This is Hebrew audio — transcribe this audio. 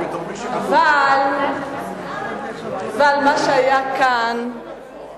אבל מה שהיה כאן